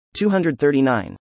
239